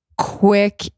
quick